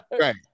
right